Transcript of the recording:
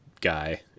guy